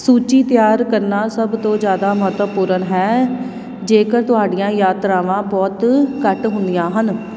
ਸੂਚੀ ਤਿਆਰ ਕਰਨਾ ਸਭ ਤੋਂ ਜ਼ਿਆਦਾ ਮਹੱਤਵਪੂਰਨ ਹੈ ਜੇਕਰ ਤੁਹਾਡੀਆਂ ਯਾਤਰਾਵਾਂ ਬਹੁਤ ਘੱਟ ਹੁੰਦੀਆਂ ਹਨ